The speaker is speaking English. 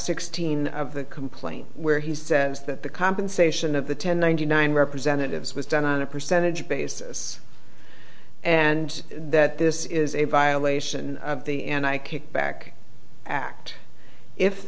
sixteen of the complaint where he says that the compensation of the ten ninety nine representatives was done on a percentage basis and that this is a violation of the and i kicked back act if